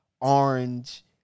orange